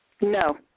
No